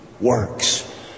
works